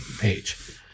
page